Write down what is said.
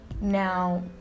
Now